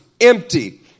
empty